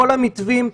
כל המתווים,